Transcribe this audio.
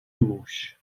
موش